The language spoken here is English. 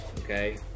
okay